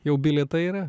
jau bilietai yra